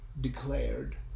declared